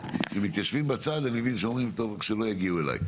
אם מתיישבים בצד אז אני מבין שאומרים טוב אז רק שלא יגיעו אליי.